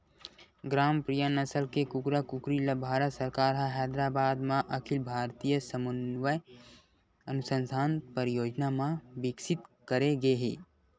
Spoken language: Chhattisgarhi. ग्रामप्रिया नसल के कुकरा कुकरी ल भारत सरकार ह हैदराबाद म अखिल भारतीय समन्वय अनुसंधान परियोजना म बिकसित करे गे हे